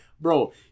bro